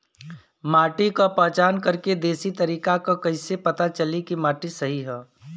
माटी क पहचान करके देशी तरीका का ह कईसे पता चली कि माटी सही ह?